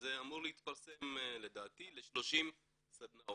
וזה אמור להתפרסם, לדעתי ל-30 סדנאות.